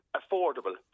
affordable